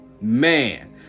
Man